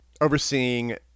overseeing